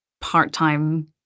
part-time